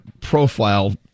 profile